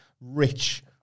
rich